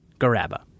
garabba